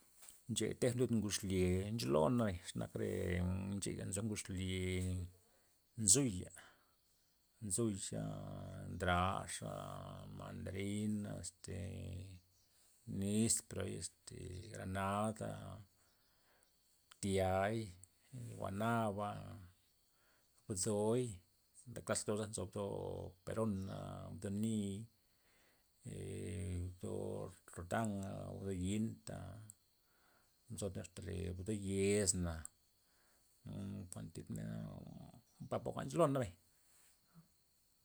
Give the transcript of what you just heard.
Ncheya tejna lud ngud xlye ncholon nabay, xe nak re mcheya nzo ngud xlye, nzuy'a, nzuya', ndraxa, mandarina este nisperoy este granada, btiay guanaba' bdoy re klas bdo nzo bdo perona, bdo nii' ee bdo rota'a bdo yinta nzo este bdo yesna kuan thibna bapa jwa'n ncholon nabay.